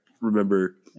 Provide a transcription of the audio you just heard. remember